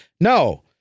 No